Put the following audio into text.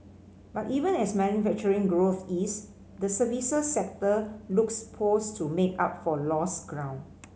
but even as manufacturing growth eased the services sector looks poised to make up for lost ground